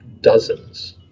dozens